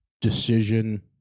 decision